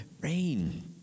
rain